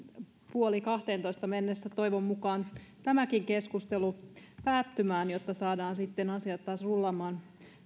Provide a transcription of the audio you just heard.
puoli kahteentoista mennessä toivon mukaan tämäkin keskustelu päättymään jotta saadaan sitten asiat taas rullaamaan